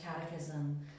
Catechism